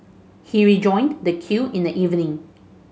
he rejoined the queue in the evening